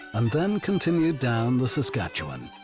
and then continued down the saskatchewan.